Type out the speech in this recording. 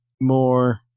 more